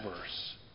verse